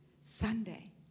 Sunday